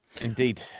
Indeed